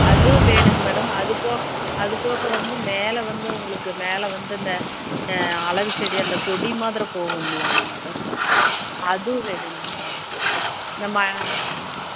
அதுவும் வேணுங்க மேடம் அதுப்போக அதுப்போக வந்து மேலே வந்து உங்களுக்கு மேலே வந்து அந்த அழகு செடி அந்த கொடி மாதிரி போகுமில்ல மேடம் அதுவும் வேணுங்க மேடம் நம்ம ஆ